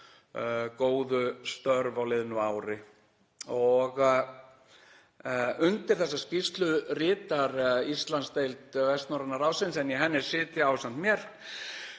góðu störf á liðnu ári. Undir þessa skýrslu ritar Íslandsdeild Vestnorræna ráðsins en í henni sitja ásamt mér